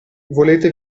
volete